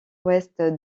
ouest